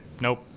nope